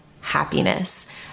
happiness